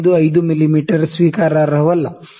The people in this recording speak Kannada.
5 ಮಿಮೀ ಸ್ವೀಕಾರಾರ್ಹವಲ್ಲ